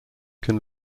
can